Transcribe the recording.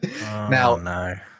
now